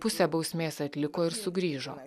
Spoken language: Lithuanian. pusę bausmės atliko ir sugrįžo